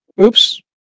oops